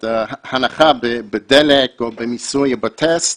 את ההנחה בדלק או במיסוי בטסט,